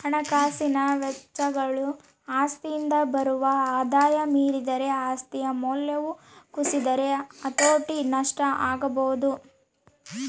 ಹಣಕಾಸಿನ ವೆಚ್ಚಗಳು ಆಸ್ತಿಯಿಂದ ಬರುವ ಆದಾಯ ಮೀರಿದರೆ ಆಸ್ತಿಯ ಮೌಲ್ಯವು ಕುಸಿದರೆ ಹತೋಟಿ ನಷ್ಟ ಆಗಬೊದು